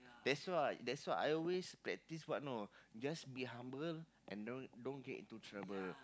that's why that's why I always practice what know just be humble and don't don't get into trouble